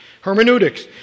Hermeneutics